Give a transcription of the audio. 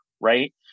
right